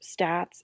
stats